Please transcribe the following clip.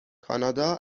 کانادا